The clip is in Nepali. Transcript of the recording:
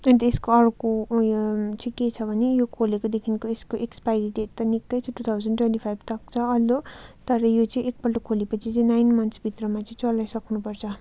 अन्त यसको अर्को उयो चाहिँ के छ भने यो खोलेकोदेखि यसको एक्स्पाइरी डेट त निकै टु थाउजन्ड ट्वेन्टी फाइभतक छ अन्त तर यो चाहिँ एक पल्ट खोले पछि चाहिँ नाइन मन्थ भित्रमा चाहिँ चलाइसक्नु पर्छ